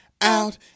out